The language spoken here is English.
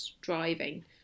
driving